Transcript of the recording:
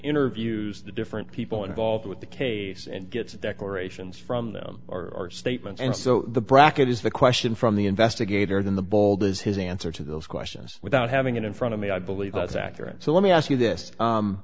interviews the different people involved with the case and get declarations from them or statements and so the bracket is the question from the investigators in the bold is his answer to those questions without having it in front of me i believe that's accurate so let me ask you this